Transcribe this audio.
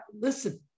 listen